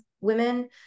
women